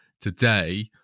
today